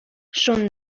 шуннан